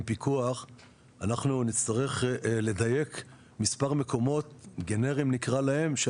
פיקוח אנחנו נצטרך לדייק מספר מקומות גנריים נקרא להם,